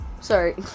sorry